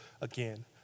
again